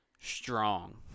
strong